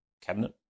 cabinet